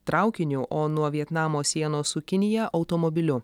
traukiniu o nuo vietnamo sienos su kinija automobiliu